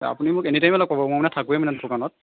আপুনি মোক এনিটাইমে লগ পাব মই মানে থাকোঁয়ে মানে দোকানত